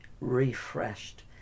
refreshed